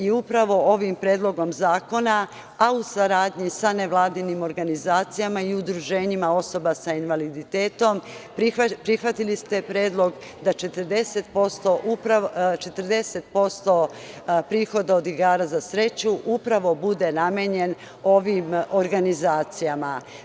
Upravo ovim Predlogom zakona, a u saradnji sa nevladinim organizacijama i udruženjima osoba sa invaliditetom prihvatili ste predlog da 40% prihoda od igara na sreću upravo bude namenjeno ovim organizacijama.